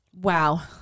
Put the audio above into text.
Wow